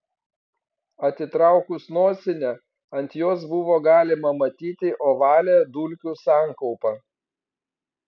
atitraukus nosinę ant jos buvo galima matyti ovalią dulkių sankaupą